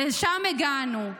לשם הגענו.